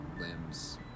limbs